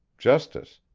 justice,